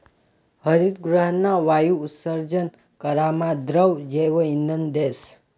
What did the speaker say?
हरितगृहना वायु उत्सर्जन करामा द्रव जैवइंधन देस